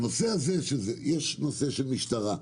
יש את הנושא של המשטרה.